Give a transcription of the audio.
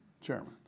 Chairman